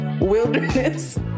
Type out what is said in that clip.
wilderness